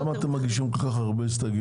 אז למה אתם מגישים כל כך הרבה הסתייגויות?